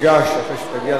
אחרי שתגיע למקום,